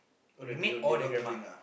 the maid or the grandma